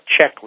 checklist